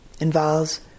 involves